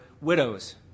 widows